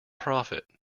profit